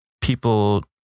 people